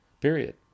Period